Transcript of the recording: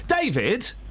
David